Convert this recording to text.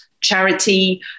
charity